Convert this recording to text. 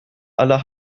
aller